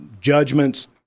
judgments